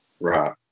Right